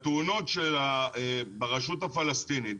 בתאונות ברשות הפלסטינית,